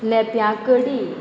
लॅप्यां कडी